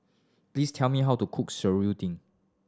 please tell me how to cook seruding